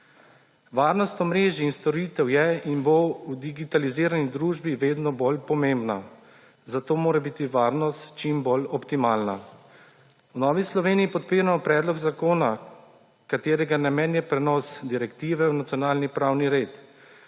Varnost omrežij in storitev je in bo v digitalizirani družbi vedno bolj pomembna, zato mora biti varnost čim bolj optimalna. V Novi Sloveniji podpiramo predlog zakona, katerega namen je prenos direktive v nacionalni pravni red.